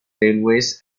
railways